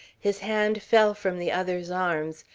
his hand fell from the other's arms,